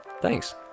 Thanks